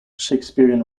shakespearean